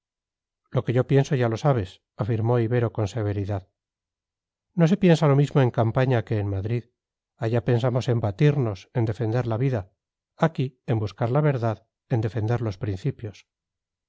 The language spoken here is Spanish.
lo que yo pienso ya lo sabes afirmó ibero con severidad no se piensa lo mismo en campaña que en madrid allá pensamos en batirnos en defender la vida aquí en buscar la verdad en defender los principios